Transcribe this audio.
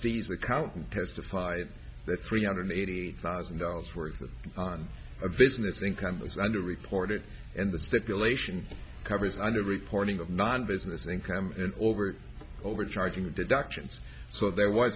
account testified that three hundred eighty thousand dollars worth of business income is under reported and the stipulation covers under reporting of non business income and overt overcharging deductions so there was